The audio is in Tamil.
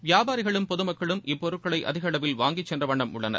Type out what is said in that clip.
வியாபாரிகளும் பொதுமக்களும் இப்பொருட்களை அதிக அளவில் வாங்கி சென்றவண்ணம் உள்ளனர்